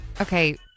Okay